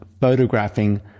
photographing